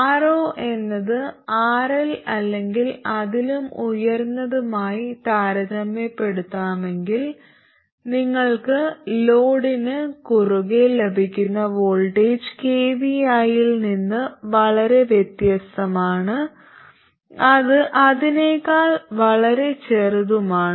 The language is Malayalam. Ro എന്നത് RL അല്ലെങ്കിൽ അതിലും ഉയർന്നതുമായി താരതമ്യപ്പെടുത്താമെങ്കിൽ നിങ്ങൾക്ക് ലോഡിന് കുറുകെ ലഭിക്കുന്ന വോൾട്ടേജ് kvi യിൽ നിന്ന് വളരെ വ്യത്യസ്തമാണ് അത് അതിനേക്കാൾ വളരെ ചെറുതാണ്